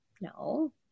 No